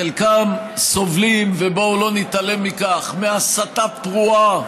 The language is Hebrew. חלקם סובלים, ובואו לא נתעלם מכך, מהסתה פרועה